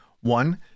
One